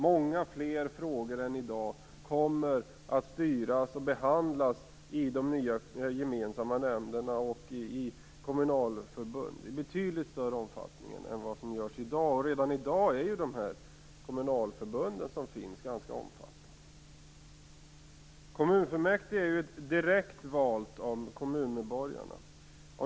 Många fler frågor kommer att i betydligt större omfattning än vad som sker i dag att styras och behandlas i de nya gemensamma nämnderna och i kommunalförbund. De kommunalförbund som finns redan i dag är ganska omfattande. Kommunfullmäktige är direkt valt av kommunmedborgarna.